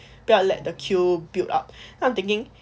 不要 let the queue build up so I'm thinking